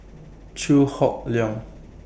Chew Hock Leong